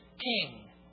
king